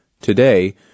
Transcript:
Today